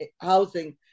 housing